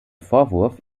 vorwurf